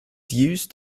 used